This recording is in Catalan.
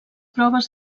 proves